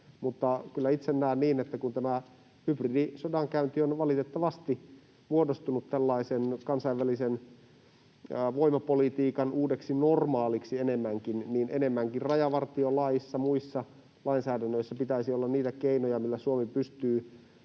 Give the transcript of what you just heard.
itse näen niin, että kun hybridisodankäynti on valitettavasti muodostunut tällaisen kansainvälisen voimapolitiikan uudeksi normaaliksi enemmänkin, niin enemmänkin rajavartiolaissa ja muissa lainsäädännöissä pitäisi olla niitä keinoja, millä Suomi pystyy